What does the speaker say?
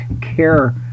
care